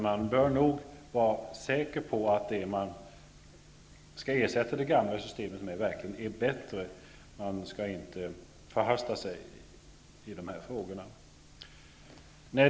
Man bör nog vara säker på att det som skall ersätta det gamla systemet verkligen är bättre. Man skall inte förhasta sig i dessa frågor.